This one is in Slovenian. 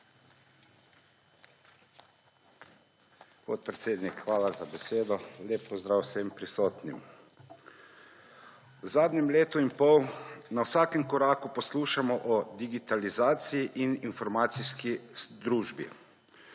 Podpredsednik, hvala za besedo. Lep pozdrav vsem prisotnim! V zadnjem letu in pol, na vsakem koraku poslušamo o digitalizaciji in informacijski družbi.